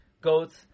goats